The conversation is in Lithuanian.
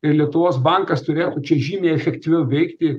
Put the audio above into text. ir lietuvos bankas turėtų čia žymiai efektyviau veikti